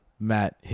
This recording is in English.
Matt